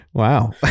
wow